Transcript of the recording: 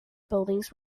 buildings